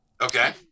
Okay